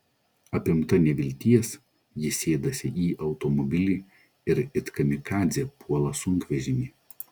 apimta nevilties ji sėdasi į automobilį ir it kamikadzė puola sunkvežimį